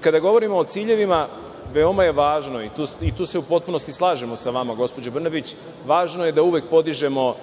Kada govorimo o ciljevima, veoma je važno i tu se u potpunosti slažemo sa vama gospođo Brnabić, važno je da uvek podižemo